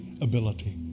ability